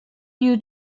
you